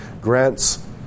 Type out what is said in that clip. grants